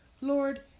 lord